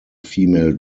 female